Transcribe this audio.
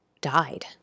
died